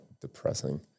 depressing